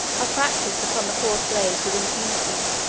ah practised upon the poor slaves with impunity.